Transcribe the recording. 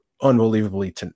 unbelievably